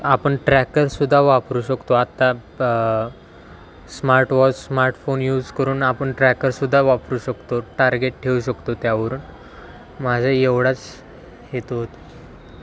आपण ट्रॅकरसुद्धा वापरू शकतो आत्ता स्मार्टवॉच स्मार्टफोन यूज करून आपण ट्रॅकरसुद्धा वापरू शकतो टार्गेट ठेवू शकतो त्यावरून माझा एवढाच हेतू होता